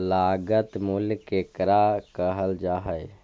लागत मूल्य केकरा कहल जा हइ?